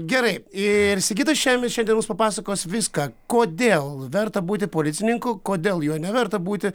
gerai ir sigitas šemis šiandien mums papasakos viską kodėl verta būti policininku kodėl juo neverta būti